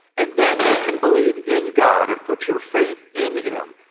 and then you can believe in god and put your faith in him.